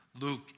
Luke